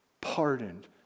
pardoned